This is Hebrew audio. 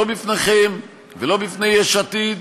לא בפניכם ולא בפני יש עתיד,